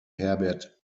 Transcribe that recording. herbert